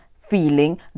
feeling